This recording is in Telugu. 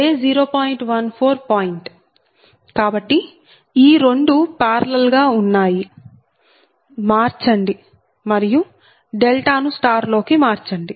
14 పాయింట్ కాబట్టి ఈ రెండూ పార్లల్ గా ఉన్నాయి మార్చండి మరియు డెల్టా ను స్టార్ లోకి మార్చండి